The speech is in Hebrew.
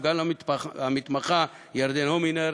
וגם למתמחה ירדן הומינר.